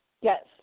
Yes